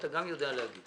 אתה גם יודע להגיד